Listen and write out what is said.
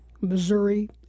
Missouri